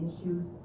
issues